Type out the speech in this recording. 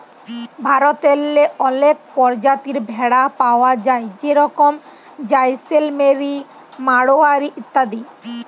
ভারতেল্লে অলেক পরজাতির ভেড়া পাউয়া যায় যেরকম জাইসেলমেরি, মাড়োয়ারি ইত্যাদি